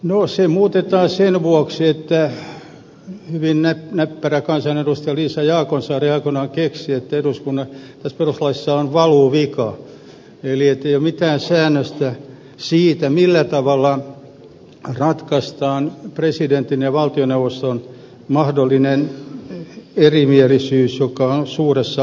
no se muutetaan sen vuoksi että hyvin näppärä kansanedustaja liisa jaakonsaari aikoinaan keksi että tässä perustuslaissa on valuvika eli ettei ole mitään säännöstä siitä millä tavalla ratkaistaan presidentin ja valtioneuvoston mahdollinen erimielisyys suuressa asiassa